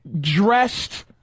dressed